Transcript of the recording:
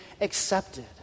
accepted